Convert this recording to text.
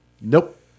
nope